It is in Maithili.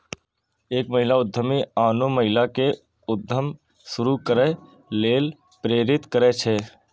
एक महिला उद्यमी आनो महिला कें उद्यम शुरू करै लेल प्रेरित करै छै